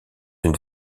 une